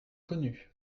connus